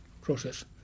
process